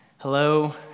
Hello